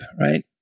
right